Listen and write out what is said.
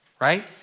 Right